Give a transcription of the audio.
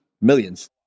millions